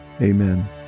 Amen